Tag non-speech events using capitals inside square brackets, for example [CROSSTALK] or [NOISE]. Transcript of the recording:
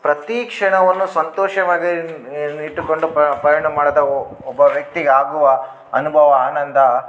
ಪ್ರತೀ ಕ್ಷಣವನ್ನು ಸಂತೋಷವಾಗೆ [UNINTELLIGIBLE] ಇಟ್ಟುಕೊಂಡು ಪಯಣ ಮಾಡ್ತಾ ಒಬ್ಬ ವ್ಯಕ್ತಿಗೆ ಆಗುವ ಅನುಭವ ಆನಂದ